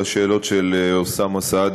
לשאלות של אוסאמה סעדי